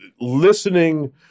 listening